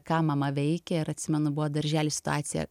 ką mama veikia ir atsimenu buvo daržely situacija